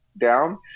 down